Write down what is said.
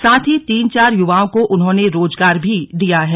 साथ ही तीन चार युवाओं को उन्होंने रोजगार भी दिया है